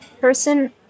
person